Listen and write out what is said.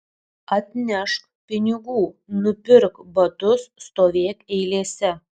atnešk pinigų nupirk batus stovėk eilėse